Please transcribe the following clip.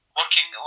working